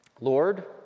Lord